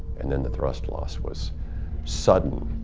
and then the thrust loss was sudden,